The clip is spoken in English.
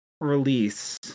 release